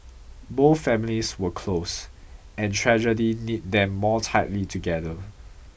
both families were close and tragedy knit them more tightly together